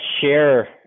share